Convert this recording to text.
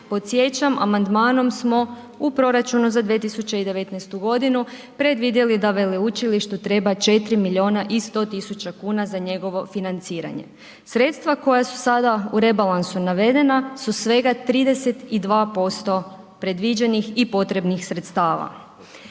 Podsjećam, amandmanom smo u proračunu za 2019. g. predvidjeli da veleučilištu treba 4 milijuna i 100 000 kuna za njegovo financiranja. Sredstva koja su sada u rebalansu navedena su svega 32% predviđenih i potrebnih sredstava.